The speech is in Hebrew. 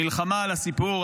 המלחמה על הסיפור,